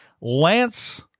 Lance